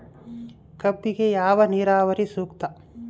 ಕಬ್ಬಿಗೆ ಯಾವ ನೇರಾವರಿ ಸೂಕ್ತ?